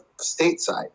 stateside